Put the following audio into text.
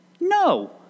no